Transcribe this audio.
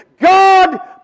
God